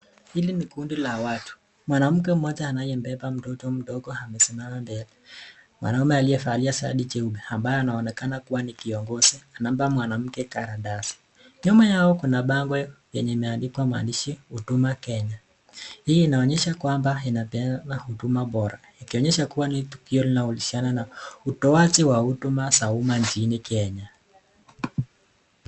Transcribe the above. Hili ni kundi la watu mwanamke mmoja anaye mbeba mtoto mdogo amesimama mbele. Mwanaume aliyevalia shati jeupe ambaye anaonekana kuwa ni kiongozi anampa mwanamke karatasi. Nyuma yao kuna bangwe yenye imeandikwa maandishi huduma Kenya. Hii inaonyesha kwamba inapeana huduma bora. Ikionyesha kuwa ni tukio linalolusiana na utoaji wa huduma za umma nchini Kenya.